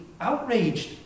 outraged